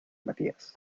matías